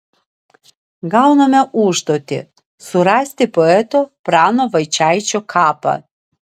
gauname užduotį surasti poeto prano vaičaičio kapą